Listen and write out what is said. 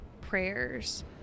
prayers